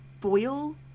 foil